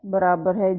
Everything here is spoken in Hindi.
x00और uy